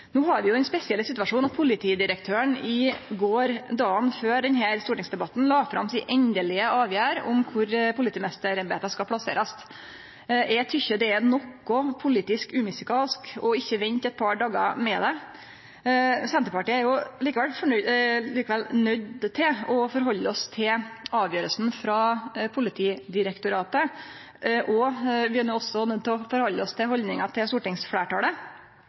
No har vi den spesielle situasjonen at politidirektøren i går, dagen før denne stortingsdebatten, la fram si endelege avgjerd om kor politimeisterembeta skal plasserast. Eg tykkjer det er noko politisk umusikalsk ikkje å vente eit par dagar med det. Senterpartiet er likevel nøydd til å halde seg til avgjerda frå Politidirektoratet, og vi er også nøydde til å halde oss til haldninga til stortingsfleirtalet.